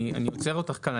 אני עוצר אותך כאן.